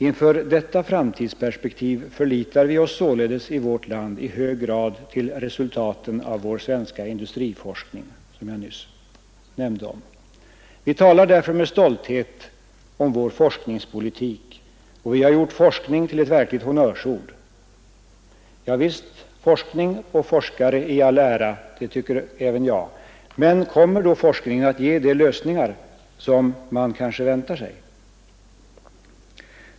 Inför detta framtidsperspektiv förlitar vi oss i vårt land i högsta grad på resultaten av vår svenska industriforskning, som jag nyss nämnde om. Vi talar därför med stolthet om vår forskningspolitik, och vi har gjort forskning till ett verkligt honnörsord. Ja visst, forskning och forskare i all ära — det tycker även jag — men kommer då forskningen att ge de lösningar som man kanske väntar sig?